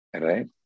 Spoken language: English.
right